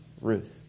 Ruth